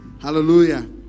Hallelujah